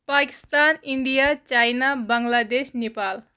Pakistan India China Bangladesh Nepal